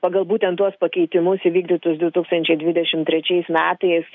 pagal būtent tuos pakeitimus įvykdytus du tūkstančiai dvidešimt trečiais metais